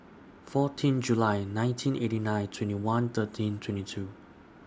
fourteen July nineteen eighty nine twenty one thirteen twenty two